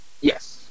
Yes